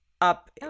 up